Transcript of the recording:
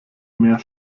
mehr